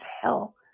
hell